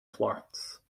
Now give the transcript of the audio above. florence